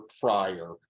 prior